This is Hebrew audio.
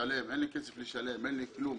אין לי כסף לשלם, אין לי כלום.